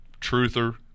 truther